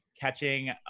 catching